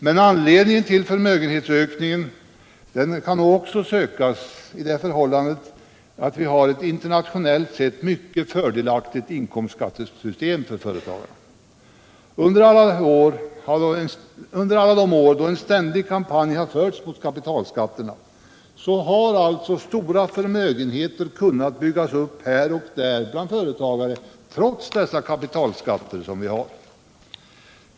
Men anledningen till förmögenhetsökningen kan nog också sökas i vårt internationellt sett mycket fördelaktiga inkomstskattesystem för företagare. Under alla år då en ständig kampanj förts mot kapitalskatterna har alltså stora förmögenheter kunnat byggas upp här och där bland företagare trots kapitalskatterna.